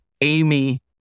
Amy